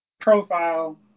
Profile